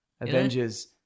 Avengers